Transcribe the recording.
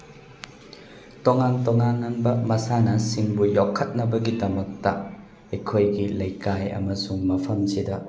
ꯇꯣꯉꯥꯟ ꯇꯣꯉꯥꯟꯕ ꯃꯁꯥꯟꯅꯁꯤꯡꯕꯨ ꯌꯣꯛꯈꯠꯅꯕꯒꯤꯗꯃꯛꯇ ꯑꯩꯈꯣꯏꯒꯤ ꯂꯩꯀꯥꯏ ꯑꯃꯁꯨꯡ ꯃꯐꯝꯁꯤꯗ